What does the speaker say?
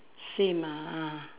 same ah